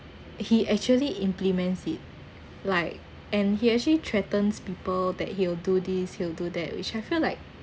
he actually implement it like and he actually threatens people that he'll do this he'll do that which I feel like